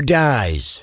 dies